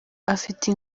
afite